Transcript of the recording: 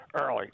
early